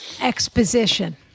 exposition